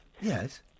Yes